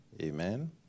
amen